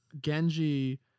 genji